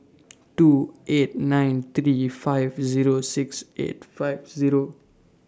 two eight nine three five Zero six eight five Zero